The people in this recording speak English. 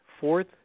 Fourth